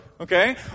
Okay